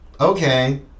okay